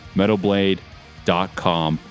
metalblade.com